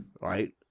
right